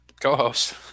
co-host